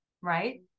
right